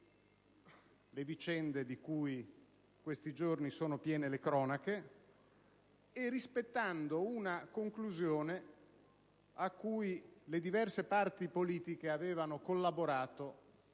le vicende di cui questi giorni sono piene le cronache, e rispettando una conclusione a cui le diverse parti politiche avevano collaborato